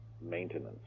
maintenance